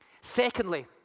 Secondly